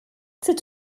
sut